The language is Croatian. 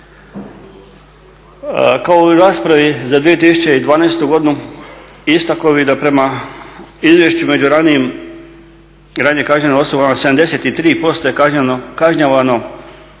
Kao i u raspravi za 2012. godinu istakao bih da prema izvješću među ranijim, ranije kažnjenim osobama 73% je kažnjavano